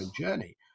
journey